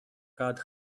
had